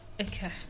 Okay